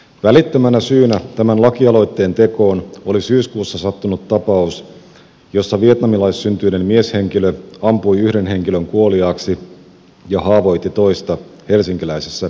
välittömänä syynä tämän lakialoitteen tekoon oli syyskuussa sattunut tapaus jossa vietnamilaissyntyinen mieshenkilö ampui yhden henkilön kuoliaaksi ja haavoitti toista helsinkiläisessä yökerhossa